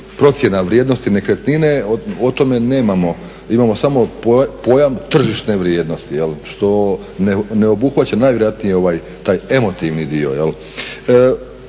procjena vrijednosti nekretnine, o tome nemamo, imamo samo pojam tržišne vrijednosti, što ne obuhvaća najvjerojatnije taj emotivni dio.